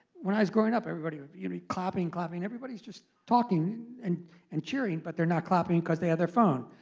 when i was growing up, everybody would be clapping, clapping. everybody's just talking and and cheering, but they're not clapping because the have ah their phone.